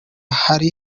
ahari